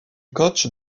coachs